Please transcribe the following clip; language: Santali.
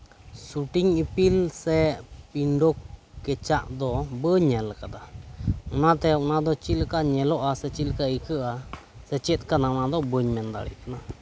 ᱥᱩᱴᱤᱝ ᱤᱯᱤᱞ ᱥᱮ ᱯᱤᱱᱰᱚᱠ ᱠᱮᱪᱟᱜ ᱫᱚ ᱵᱟᱹᱧ ᱧᱮᱞ ᱟᱠᱟᱫᱟ ᱚᱱᱟᱛᱮ ᱚᱱᱟᱫᱚ ᱪᱮᱫᱞᱮᱠᱟ ᱧᱮᱞᱚᱜᱼᱟ ᱥᱮ ᱪᱮᱫᱞᱮᱠᱟ ᱟᱹᱭᱠᱟᱹᱜᱼᱟ ᱥᱮ ᱪᱮᱫ ᱠᱟᱱᱟ ᱚᱱᱟᱫᱚ ᱵᱟᱹᱧ ᱢᱮᱱ ᱫᱟᱲᱤᱭᱟᱜ ᱠᱟᱱᱟ